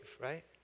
right